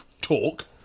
talk